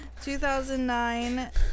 2009